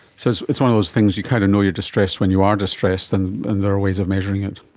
so it's one of those things, you kind of know you are distressed when you are distressed and and there are ways of measuring it.